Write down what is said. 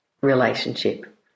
relationship